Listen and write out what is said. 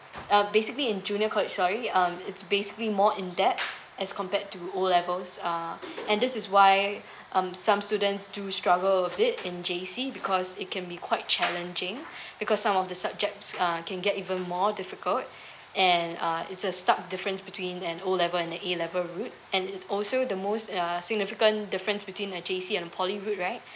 uh basically in junior college sorry um it's basically more in depth as compared to O level um and this is why um some students do struggle a bit in J_C because it can be quite challenging because some of the subjects uh can get even more difficult and uh it's a start difference between an O level and A level route and it's also the most uh significant difference between the J_C and poly route right